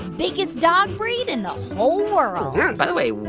biggest dog breed in the whole world yeah by the way,